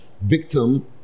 victim